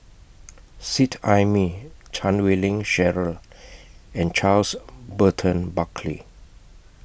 Seet Ai Mee Chan Wei Ling Cheryl and Charles Burton Buckley